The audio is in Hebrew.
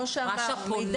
רש"א פונה